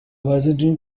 byzantine